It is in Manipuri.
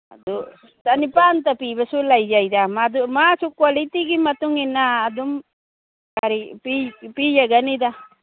ꯑꯗꯨ ꯆꯅꯤꯄꯥꯜꯗ ꯄꯤꯕꯁꯨ ꯂꯩꯖꯩꯗ ꯃꯗꯨ ꯃꯥꯁꯨ ꯀ꯭ꯋꯥꯂꯤꯒꯤ ꯃꯇꯨꯡ ꯏꯟꯅ ꯑꯗꯨꯝ ꯀꯔꯤ ꯄꯤ ꯄꯤꯖꯒꯅꯤꯗ